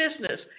business